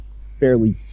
fairly